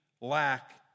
lack